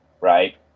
right